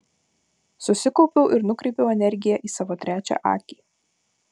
susikaupiau ir nukreipiau energiją į savo trečią akį